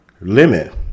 limit